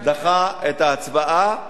הוא דחה את ההצבעה.